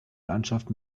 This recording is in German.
landschaft